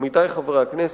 עמיתי חברי הכנסת,